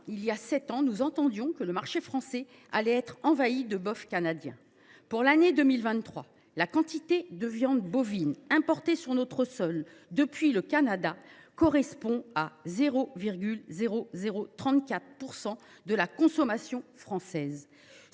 de nos débats, on entendait dire que le marché français allait être envahi de bœuf canadien. Pour l’année 2023, la quantité de viande bovine importée sur notre sol depuis le Canada correspond à 0,0034 % de la consommation française.